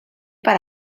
per